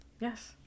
Yes